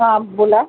हां बोला